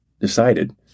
Decided